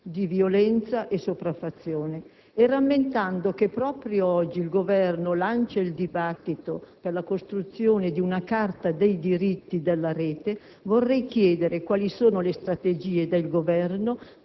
di violenza e sopraffazione. Rammentando che proprio oggi il Governo ha aperto il dibattito per la costruzione di una Carta dei diritti della Rete, vorrei chiedere quali sono le strategie del Governo